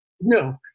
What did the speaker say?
No